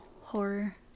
horror